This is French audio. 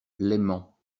leyment